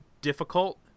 difficult